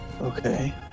Okay